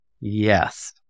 Yes